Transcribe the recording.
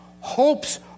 hopes